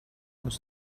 muss